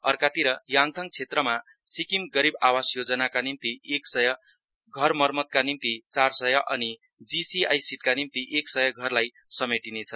अर्कातिर याङथाङ क्षेत्रमा सिक्किम गरीब आवास योजनाका निम्ति एक सय घर घर मरम्मतका निम्ति चार सय अनि जिसिआई सिटका निम्ति एक सय घरलाई समेटिनेछ